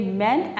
men